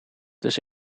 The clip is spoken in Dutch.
dus